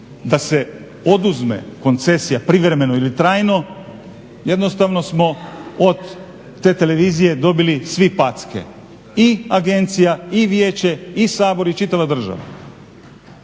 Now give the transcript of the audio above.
da se oduzme koncesija privremeno ili trajno jednostavno smo od te televizije dobili svi packe i agencija i vijeće i Sabor i čitava država.